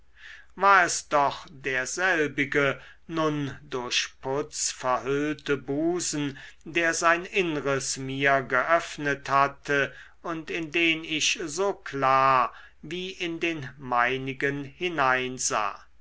war es doch derselbige nun durch putz verhüllte busen der sein innres mir geöffnet hatte und in den ich so klar wie in den meinigen hineinsah